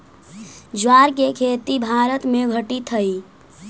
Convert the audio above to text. ज्वार के खेती भारत में घटित हइ